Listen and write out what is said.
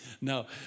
No